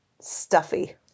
stuffy